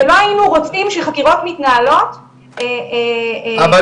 ולא היינו רוצים שחקירות מתנהלות --- אבל